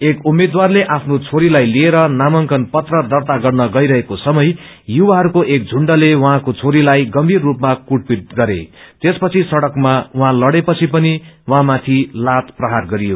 एक उम्मेद्वारले आफ्नो छेरीलाई लिएर नामांकन पत्र दर्ता गर्न गइरहेको समय युवाहरूको एक झुण्डले उहाँको छोरीलाई गम्भीर रूपमा कुटपीट गरे त्यसपछि सड़कमा लड़े पछि पनि उहाँमाथि लात प्रहार गरियो